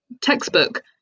textbook